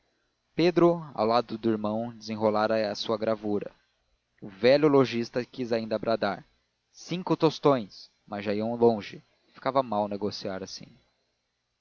pedro ao lado do irmão desenrolava a sua gravura o velho lojista quis ainda bradar cinco tostões mas iam já longe e ficava mal negociar assim